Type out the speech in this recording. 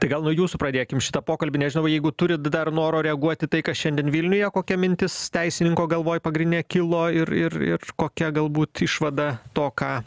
tai gal nuo jūsų pradėkim šitą pokalbį nežinau jeigu turit dar noro reaguot į tai kas šiandien vilniuje kokia mintis teisininko galvoj pagrindinė kilo ir ir ir kokia galbūt išvada to ką